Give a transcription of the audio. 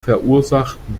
verursachten